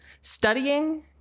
studying